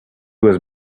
was